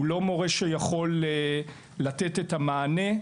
הוא לא מורה שיכול לתת את המענה.